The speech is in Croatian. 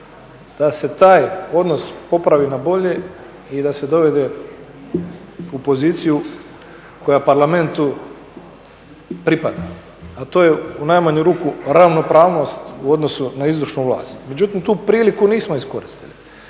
da se taj odnos popravi na bolje i da se dovede u poziciju koja parlamentu pripada a to je u najmanju ruku ravnopravnost u odnos na izvršnu vlast. Međutim, tu priliku nismo iskoristili.